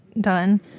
done